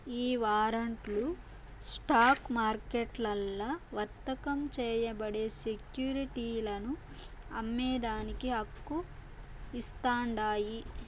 ఈ వారంట్లు స్టాక్ మార్కెట్లల్ల వర్తకం చేయబడే సెక్యురిటీలను అమ్మేదానికి హక్కు ఇస్తాండాయి